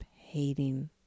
hating